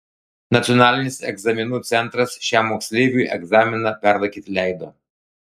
nacionalinis egzaminų centras šiam moksleiviui egzaminą perlaikyti leido